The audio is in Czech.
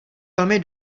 velmi